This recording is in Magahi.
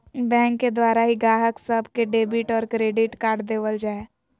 बैंक के द्वारा ही गाहक सब के डेबिट और क्रेडिट कार्ड देवल जा हय